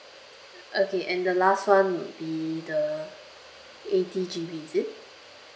okay and the last one would be the eighty G_B is it